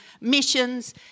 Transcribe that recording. missions